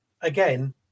Again